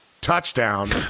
Touchdown